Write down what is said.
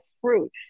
fruit